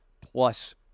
plus